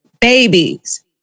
babies